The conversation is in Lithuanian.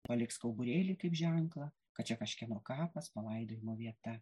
paliks kauburėlį kaip ženklą kad čia kažkieno kapas palaidojimo vieta